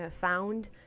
found